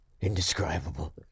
indescribable